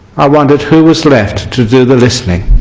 i wondered who was left to do the listening